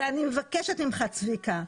אני מבקשת ממך צביקה,